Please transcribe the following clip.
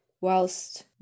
whilst